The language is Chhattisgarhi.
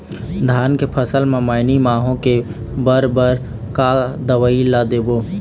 धान के फसल म मैनी माहो के बर बर का का दवई ला देबो?